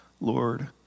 Lord